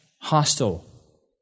hostile